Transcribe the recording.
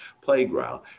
playground